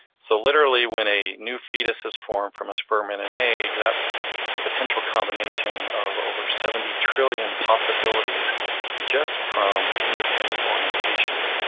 so literally, when a new fetus is formed from a sperm and an egg, that's the potential combination of over seventy trillion possibilities just from independent orientation,